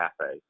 cafe